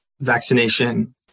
vaccination